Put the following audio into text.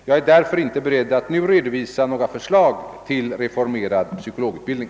Jag är därför inte beredd att nu redovisa några förslag till reformerad psykologutbildning.